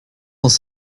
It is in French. dans